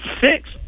six